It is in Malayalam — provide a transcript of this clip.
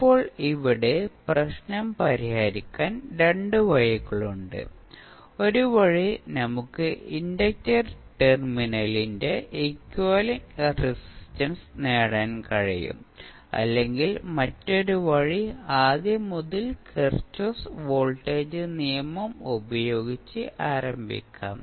ഇപ്പോൾ ഇവിടെ ഈ പ്രശ്നം പരിഹരിക്കാൻ രണ്ട് വഴികളുണ്ട് ഒരു വഴി നമുക്ക് ഇൻഡക്റ്റർ ടെർമിനലിന്റെ എക്വിവാലെന്റ് റെസിസ്റ്റൻസ് നേടാൻ കഴിയും അല്ലെങ്കിൽ മറ്റൊരു വഴി ആദ്യം മുതൽ കിർചോഫ് വോൾട്ടേജ് നിയമം ഉപയോഗിച്ച് ആരംഭിക്കാം